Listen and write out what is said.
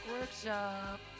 workshop